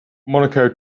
monaco